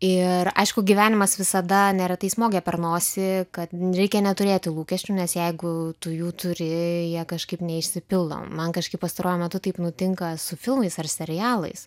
ir aišku gyvenimas visada neretai smogia per nosį kad reikia neturėti lūkesčių nes jeigu tu jų turi jie kažkaip neišsipildo man kažkaip pastaruoju metu taip nutinka su filmais ar serialais